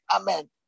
amen